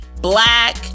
Black